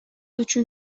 үчүн